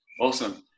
Awesome